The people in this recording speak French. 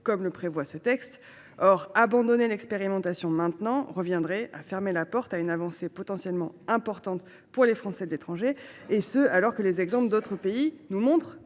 prévue par ce texte. Or abandonner l’expérimentation maintenant reviendrait à fermer la porte à une avancée potentiellement importante pour les Français de l’étranger, alors même que d’autres pays nous montrent